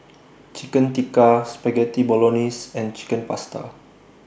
Chicken Tikka Spaghetti Bolognese and Chicken Pasta